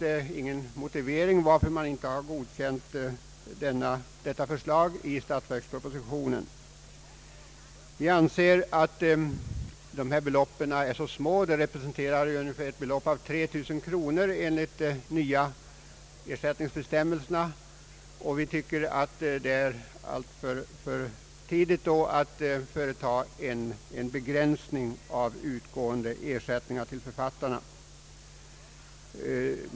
Det finns ingen mo tivering i statsverkspropositionen till att man inte godkänt denna del. Vi anser att dessa belopp är små. De motsvarar 3 000 kronor enligt de nya ersättningsbestämmelserna, och vi tycker att det är alltför tidigt att företa en begränsning av utgående ersättningar till författarna.